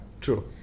True